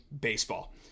Baseball